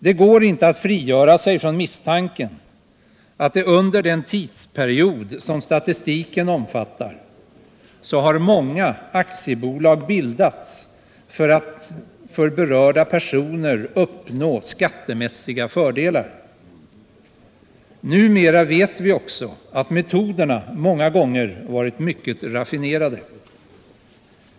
Det går inte att frigöra sig från misstanken att under den tidsperiod som statistiken omfattar har många aktiebolag bildats för att för berörda personer uppnå skattemässiga fördelar. Numera vet vi också att metoderna många gånger varit mycket raffinerade.